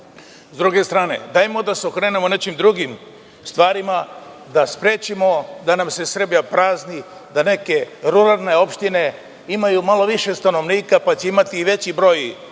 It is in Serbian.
Sa druge strane, hajde da se okrenemo nekim drugim stvarima, da sprečimo da nam se Srbija prazni, da neke ruralne opštine imaju malo više stanovnika pa će imati i veći broj